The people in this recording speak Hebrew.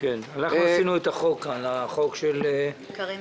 חוקקנו כאן את החוק של קארין